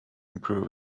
improve